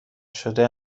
شده